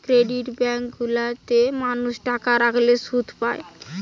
credit bank গুলা তে মানুষ টাকা রাখলে শুধ পায়